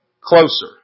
closer